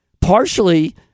Partially